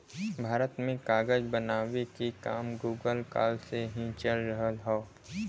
भारत में कागज बनावे के काम मुगल काल से ही चल रहल हौ